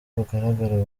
bugaragarira